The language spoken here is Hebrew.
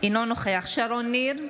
אינו נוכח שרון ניר,